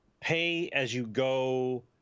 pay-as-you-go